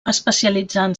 especialitzant